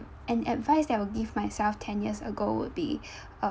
an advice that I will give myself ten years ago would be um